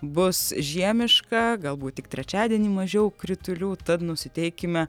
bus žiemiška galbūt tik trečiadienį mažiau kritulių tad nusiteikime